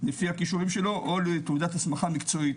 לפי הכישורים שלו או לתעודת הסמכה מקצועית,